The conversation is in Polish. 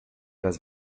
raz